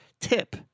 tip